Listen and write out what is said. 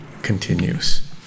continues